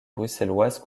bruxelloise